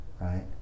right